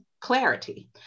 clarity